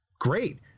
Great